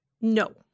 No